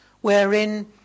wherein